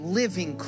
living